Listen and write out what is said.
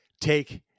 Take